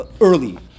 early